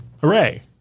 Hooray